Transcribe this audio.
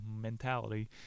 mentality